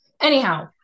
Anyhow